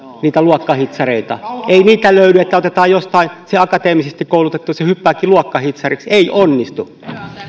niitä luokkahitsareita ei niitä löydy siten että otetaan jostain se akateemisesti koulutettu ja se hyppääkin luokkahitsariksi ei onnistu